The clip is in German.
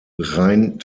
rein